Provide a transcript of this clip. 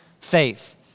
faith